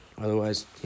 Otherwise